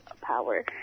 power